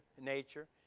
nature